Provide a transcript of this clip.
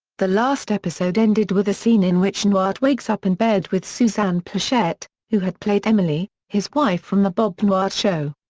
the last episode ended with a scene in which newhart wakes up in bed with suzanne pleshette, who had played emily, his wife from the bob newhart show.